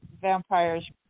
vampires